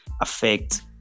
affect